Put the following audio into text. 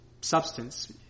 substance